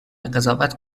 قضاوت